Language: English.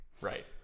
right